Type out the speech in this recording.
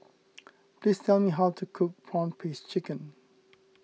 please tell me how to cook Prawn Paste Chicken